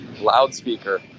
loudspeaker